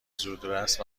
زودرس